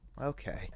Okay